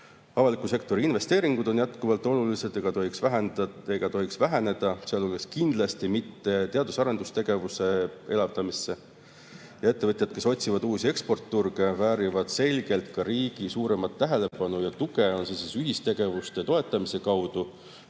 Avaliku sektori investeeringud on jätkuvalt olulised ega tohiks väheneda, sealhulgas kindlasti mitte teadus- ja arendustegevuse elavdamisse. Ettevõtjad, kes otsivad uusi eksporditurge, väärivad selgelt riigi suuremat tähelepanu ja tuge, on see siis ühistegevuse toetamise või